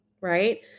right